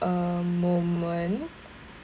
a moment